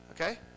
Okay